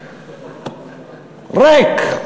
ריק.